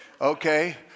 Okay